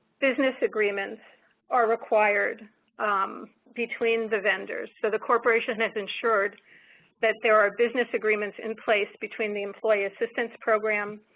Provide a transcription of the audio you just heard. business agreements are required between the vendors. so, the corporation has insured that there are business agreements in place between the employee assistance program,